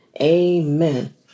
Amen